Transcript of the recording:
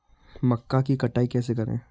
मक्का की कटाई कैसे करें?